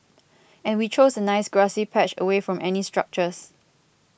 and we chose a nice grassy patch away from any structures